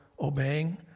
obeying